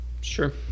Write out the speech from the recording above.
Sure